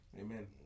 Amen